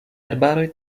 arbaroj